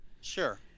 sure